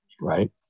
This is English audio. right